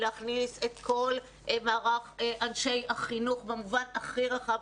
להכניס את כל מערך אנשי החינוך במובן הכי רחב,